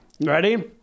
Ready